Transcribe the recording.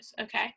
Okay